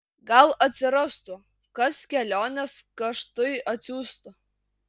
gal atsirastų kas kelionės kaštui atsiųstų